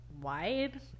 wide